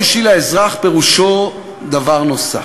לעבוד בשביל האזרח פירושו דבר נוסף,